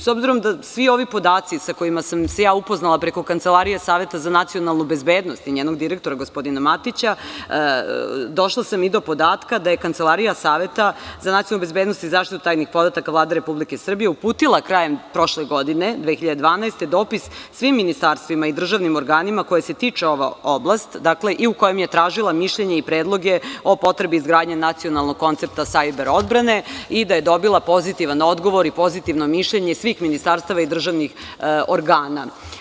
S obzirom, da svi ovi podaci, sa kojima sam se upoznala preko Kancelarije Saveta za nacionalnu bezbednost i njenog direktora, gospodina Matića, došla sam i do podatka da je Kancelarija Saveta za nacionalnu bezbednost i zaštitu tajnih podataka Vlade Republike Srbije uputila krajem prošle godine, 2012. godine, dopis svim ministarstvima i državnim organima kojih se tiče ova oblast i u kojem je tražila mišljenje i predloge o potrebi izgradnje nacionalnog koncepta sajber odbrane i da je dobila pozitivan odgovor i pozitivno mišljenje svih ministarstava i državnih organa.